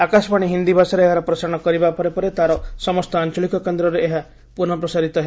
ଆକାଶବାଣୀ ହିନ୍ଦୀ ଭାଷାରେ ଏହାର ପ୍ରସାରଣ କରିବା ପରେ ପରେ ତା'ର ସମସ୍ତ ଆଞ୍ଚଳିକ କେନ୍ଦ୍ରରେ ଏହା ପ୍ରସାରଣ ହେବ